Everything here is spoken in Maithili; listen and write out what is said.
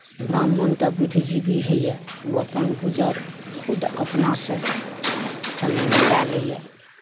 ब्राह्मण तऽ बुद्धजीवी होइया ओ अपन गुजर खुद अपना सऽ समय बीतै लय